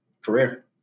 career